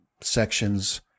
sections